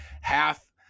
half